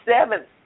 seventh